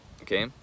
okay